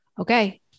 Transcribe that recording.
okay